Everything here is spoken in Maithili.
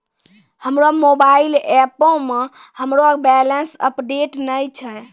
हमरो मोबाइल एपो मे हमरो बैलेंस अपडेट नै छै